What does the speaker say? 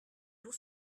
pour